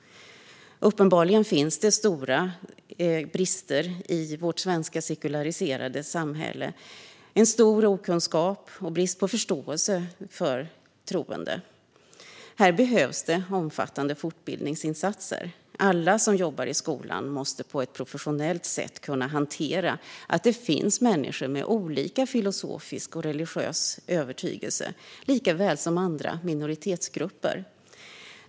Uppenbarligen finns det i vårt svenska sekulariserade samhälle en stor okunskap om och brist på förståelse för troende. Här behövs omfattande fortbildningsinsatser. Alla som jobbar i skolan måste på ett professionellt sätt kunna hantera att det finns människor med olika filosofiska och religiösa övertygelser, likaväl som andra minoritetsgrupper.